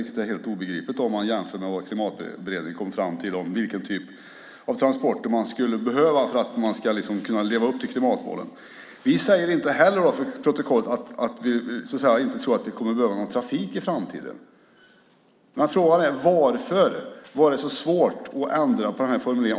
Det är helt obegripligt om man jämför med vad Klimatberedningen kom fram till när det gäller vilken typ av transporter man skulle behöva för att leva upp till klimatmålen. Vi säger inte heller att vi inte tror att det kommer att behövas någon trafik i framtiden. Men frågan är varför det var så svårt att ändra på formuleringen.